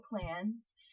plans